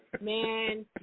man